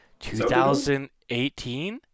2018